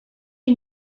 who